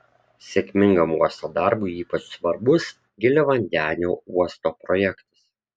sėkmingam uosto darbui ypač svarbus giliavandenio uosto projektas